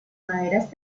maderas